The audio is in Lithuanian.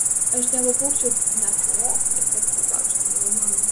aš nepabūgčiau net vogti kad tik gaučiau pinigų mamai